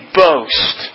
boast